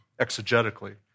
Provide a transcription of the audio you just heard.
exegetically